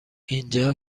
اینجا